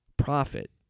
profit